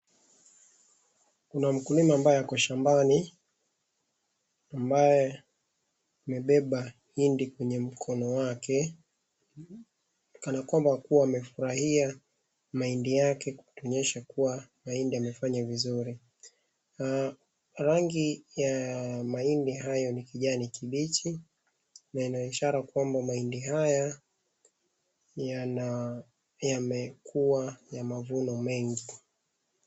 Kuna mkulima ambaye ako shambani ambaye amebeba mahindi kwenye mkono wake kanakwamba kuwa amefurahia mahindi yake kuonyesha kuwa mahindi yamefanya vizuri. Rangi ya mahindi hayo ni kijani kibichi lenye ishara kwamba mahindi haya yamekuwa ya mavuno mengi.